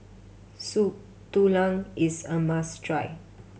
Soup Tulang is a must try